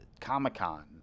Comic-Con